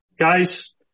guys